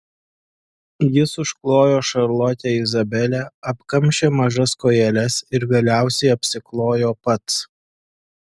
jis užklojo šarlotę izabelę apkamšė mažas kojeles ir galiausiai apsiklojo pats